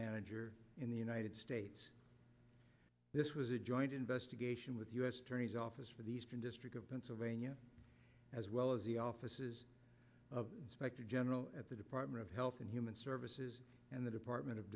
manager in the united states this was a joint investigation with the u s attorney's office for the eastern district of pennsylvania as well as the offices of inspector general at the department of health and human services and the department of